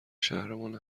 شهرمان